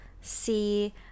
see